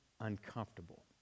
uncomfortable